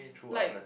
like